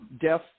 death